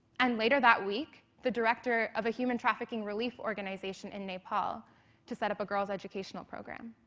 and later that week, the director of a human trafficking relief organization in nepal to set up a girls educational program.